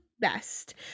best